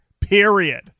period